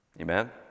Amen